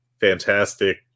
Fantastic